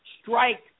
strike